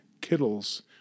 Kittles